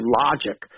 logic